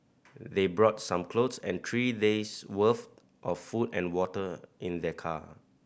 they brought some clothes and three days' worth of food and water in their car